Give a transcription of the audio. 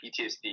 PTSD